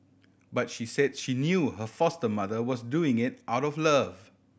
but she said she knew her foster mother was doing it out of love